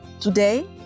Today